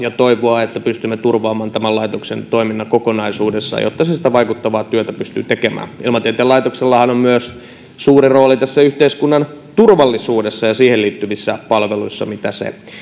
ja toivoa että pystymme turvaamaan tämän laitoksen toiminnan kokonaisuudessaan jotta se sitä vaikuttavaa työtä pystyy tekemään ilmatieteen laitoksellahan on myös suuri rooli yhteiskunnan turvallisuudessa ja siihen liittyvissä palveluissa mitä se